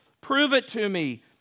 Prove-it-to-me